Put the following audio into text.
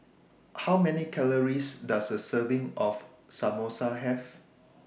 How Many Calories Does A Serving of Samosa Have